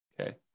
okay